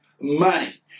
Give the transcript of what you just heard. money